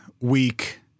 week